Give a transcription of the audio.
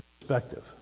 perspective